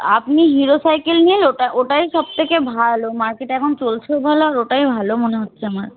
আপনি হিরো সাইকেল নিন ওটা ওটাই সব থেকে ভালো মার্কেটে এখন চলছে বলে ওটাই ভালো মনে হচ্ছে আমার